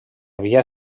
havia